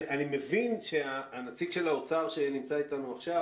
אני מבין שהנציג של האוצר שנמצא איתנו עכשיו